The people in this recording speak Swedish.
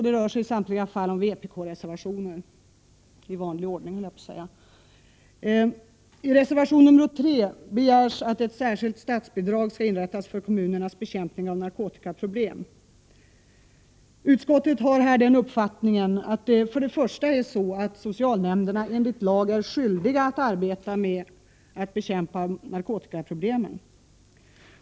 Det rör sig i samtliga fall om vpk-reservationer — i vanlig ordning, höll jag på att säga. I reservation 3 begärs att ett särskilt statsbidrag skall inrättas för kommunernas bekämpning av narkotikaproblem. Utskottet konstaterar här för det första att socialnämnderna enligt lag är skyldiga att arbeta med att bekämpa narkotikaproblemen.